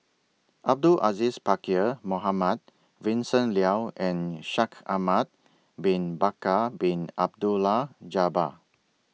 Abdul Aziz Pakkeer Mohamed Vincent Leow and Shaikh Ahmad Bin Bakar Bin Abdullah Jabbar